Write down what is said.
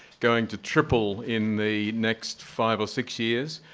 going to triple in the next five or six years.